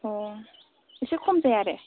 अ' एसे खम जाया आरो